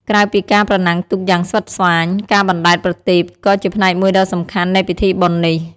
ក្រៅពីការប្រណាំងទូកយ៉ាងស្វិតស្វាញ ការបណ្ដែតប្រទីបក៏ជាផ្នែកមួយដ៏សំខាន់នៃពិធីបុណ្យនេះ។